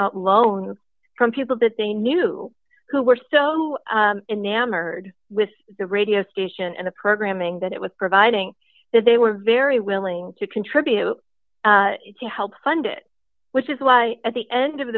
out loans from people that they knew who were so enamored with the radio station and the programming that it was providing that they were very willing to contribute to help fund it which is why at the end of